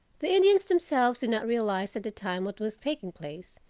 the indians themselves did not realize at the time what was taking place,